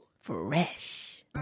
Fresh